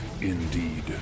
indeed